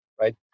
right